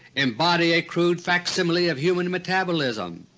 embody a crude facsimile of human metabolism,